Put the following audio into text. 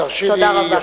תודה רבה.